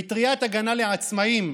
מטריית הגנה לעצמאים,